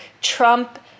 Trump